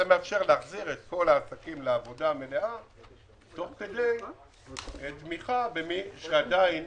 זה מאפשר להחזיר את כל העסקים לעבודה מלאה תוך כדי תמיכה במי שעדיין